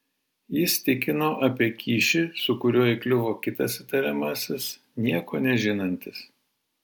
jis tikino apie kyšį su kuriuo įkliuvo kitas įtariamasis nieko nežinantis